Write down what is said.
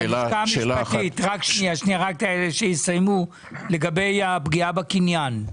הלשכה המשפטית, לגבי הפגיעה בקניין.